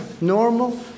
normal